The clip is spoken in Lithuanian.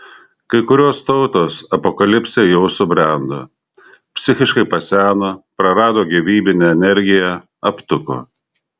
kai kurios tautos apokalipsei jau subrendo psichiškai paseno prarado gyvybinę energiją aptuko